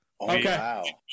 Okay